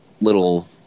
little